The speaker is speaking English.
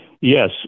Yes